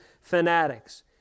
fanatics